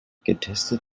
getestet